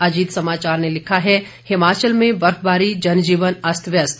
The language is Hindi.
अजीत समाचार ने लिखा है हिमाचल में बर्फबारी जनजीवन अस्त व्यस्त